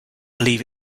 believe